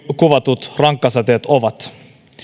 kuvatut rankkasateet ovat